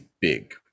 big